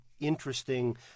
interesting